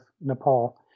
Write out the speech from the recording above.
Nepal